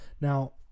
now